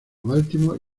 baltimore